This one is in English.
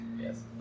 Yes